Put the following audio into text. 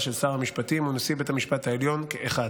של שר המשפטים ונשיא בית המשפט העליון כאחד.